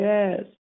Yes